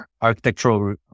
architectural